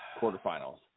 quarterfinals